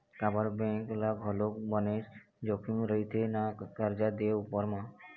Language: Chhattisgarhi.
काबर बेंक ल घलोक बनेच जोखिम रहिथे ना करजा दे उपर म